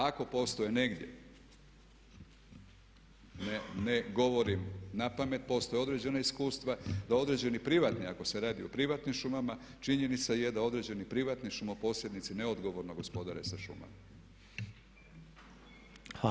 Ako postoje negdje, ne govorim na pamet, postoje određena iskustva da određeni privatni, ako se radi o privatnim šumama činjenica je da određeni privatni šumoposjednici neodgovorno gospodare sa šumama.